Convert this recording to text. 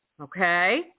Okay